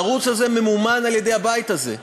הערוץ הזה ממומן על-ידי הבית הזה,